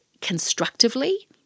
constructively